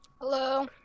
Hello